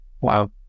Wow